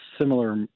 similar